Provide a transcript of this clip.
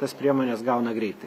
tas priemones gauna greitai